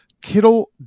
Kittle